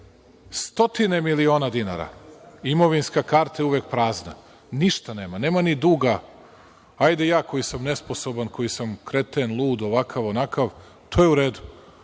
stotine miliona dinara, imovinska karta je uvek prazna. Ništa nema, nema ni duga. Hajde ja koji sam nesposoban, koji sam kreten, lud, ovakav, onakav, to je u redu,